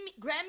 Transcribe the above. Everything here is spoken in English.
Grammy